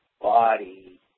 body